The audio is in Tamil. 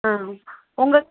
ஆ உங்கள்